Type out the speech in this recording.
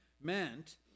meant